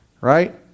right